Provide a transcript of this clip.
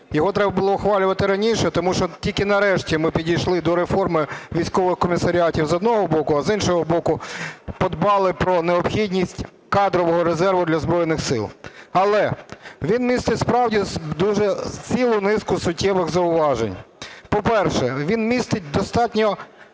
Його треба було ухвалювати раніше, тому що тільки нарешті ми підійшли до реформи військових комісаріатів, з одного боку. А з іншого боку, подбали про необхідність кадрового резерву для Збройних Сил. Але він містить справді цілу низку суттєвих зауважень. По-перше, він містить достатньо